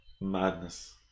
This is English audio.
Madness